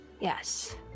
Yes